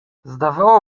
zdawało